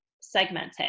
segmented